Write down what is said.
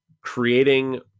creating